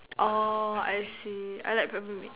orh I see I like Peppermint